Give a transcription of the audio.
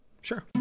Sure